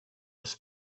was